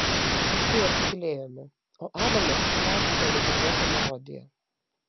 paskui abu tylėjome o adamas brązgino negirdėtą melodiją